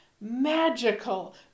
magical